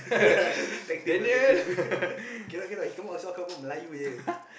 Daniel